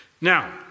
Now